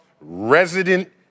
resident